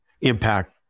impact